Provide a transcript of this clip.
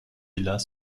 villas